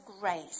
grace